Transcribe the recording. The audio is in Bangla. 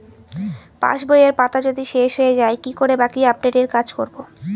পাসবইয়ের পাতা যদি শেষ হয়ে য়ায় কি করে বাকী আপডেটের কাজ করব?